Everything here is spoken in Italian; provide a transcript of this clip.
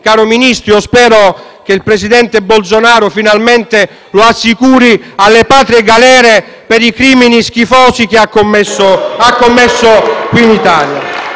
caro Ministro, spero che il presidente Bolsonaro finalmente assicuri Battisti alle patrie galere per i crimini schifosi che ha commesso qui in Italia.